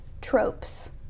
tropes